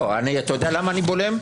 אתה יודע למה בולמים?